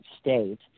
state